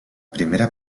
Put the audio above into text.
primera